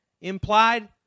Implied